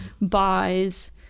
buys